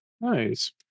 nice